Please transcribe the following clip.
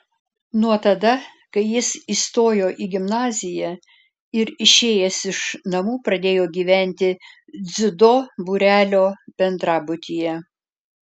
nuo tada kai jis įstojo į gimnaziją ir išėjęs iš namų pradėjo gyventi dziudo būrelio bendrabutyje